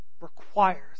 requires